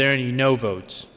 there any no votes